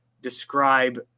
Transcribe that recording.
describe